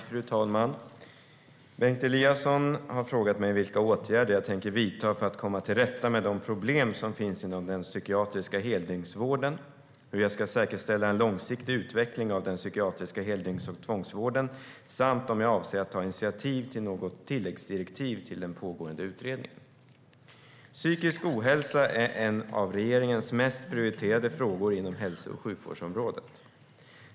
Fru talman! Bengt Eliasson har frågat mig vilka åtgärder jag tänker vidta för att komma till rätta med de problem som finns inom den psykiatriska heldygnsvården, hur jag ska säkerställa en långsiktig utveckling av den psykiatriska heldygns och tvångsvården samt om jag avser att ta initiativ till något tilläggsdirektiv till den pågående utredningen. Psykisk ohälsa är en av regeringens mest prioriterade frågor inom hälso och sjukvårdsområdet.